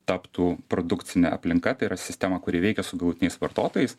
taptų produkcine aplinka tai yra sistema kuri veikia su galutiniais vartotojais